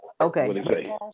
Okay